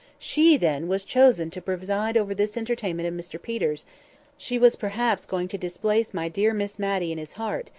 she, then, was chosen to preside over this entertainment of mr peter's she was perhaps going to displace my dear miss matty in his heart,